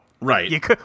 Right